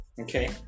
Okay